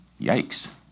Yikes